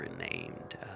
renamed